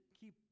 keep